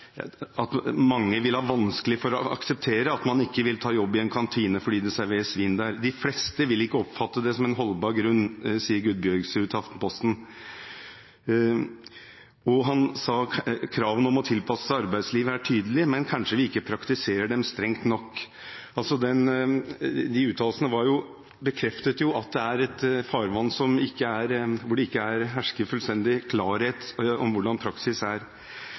at mange vil ha vanskelig for å akseptere at man ikke vil ta jobb i en kantine fordi det serveres svin der. De fleste vil ikke oppfatte det som en holdbar grunn, sa Gudbjørgsrud til Aftenposten. Han sa videre: «Kravene om å tilpasse seg arbeidslivet er tydelige, men kanskje vi ikke praktiserer dem strengt nok.» Disse uttalelsene bekrefter jo at dette er et farvann hvor det ikke hersker fullstendig klarhet om hvordan praksis er.